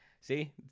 see